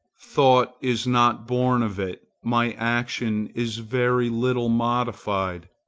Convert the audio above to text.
thought is not born of it my action is very little modified.